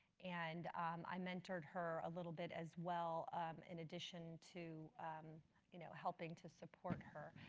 and i mentored her a little bit as well in addition to you know helping to support her,